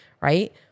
right